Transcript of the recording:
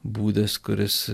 būdas kuris